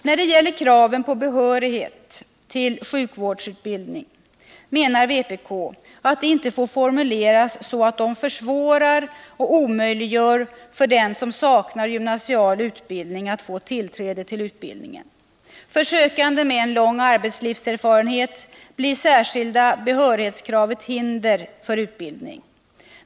När det gäller kraven på behörighet till sjukvårdsutbildning menar vpk att de inte får formuleras så, att de försvårar eller omöjliggör för dem som saknar gymnasial utbildning att få tillträde till utbildningen. För sökande med en lång arbetslivserfarenhet blir särskilda behörighetskrav ett hinder för utbildning.